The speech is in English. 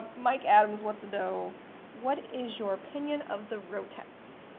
mike adams wants to know what is your opinion of the rotex?